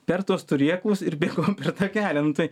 per tuos turėklus ir bėgom per tą kelią nu tai